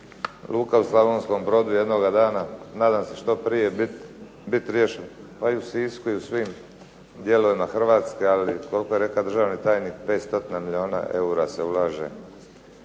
luka u Slavonskom Brodu jednoga dana, nadam se što prije biti riješeno, pa i u Sisku i u svim dijelovima Hrvatske, ali koliko je rekao državni tajnik 5 stotina milijuna eura se ulaže